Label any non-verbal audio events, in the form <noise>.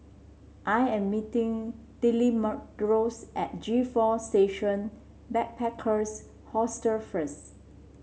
I am meeting <unintelligible> at G Four Station Backpackers Hostel first